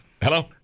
Hello